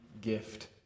gift